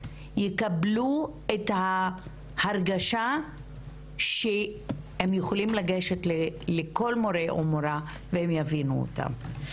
יקבלו את ההרגשה שהם יכולים לגשת לכל מורה או מורה והם יבינו אותם.